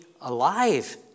alive